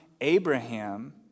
Abraham